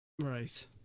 Right